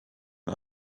and